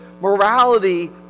morality